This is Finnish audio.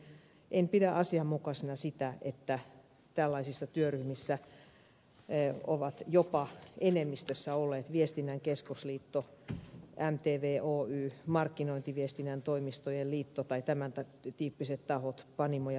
en pidä asianmukaisena sitä että tällaisissa työryhmissä ovat jopa enemmistössä olleet viestinnän keskusliitto mtv oy markkinointiviestinnän toimistojen liitto tai tämäntyyppiset tahot panimo ja virvoitusjuomateollisuusliitto